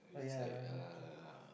it's like uh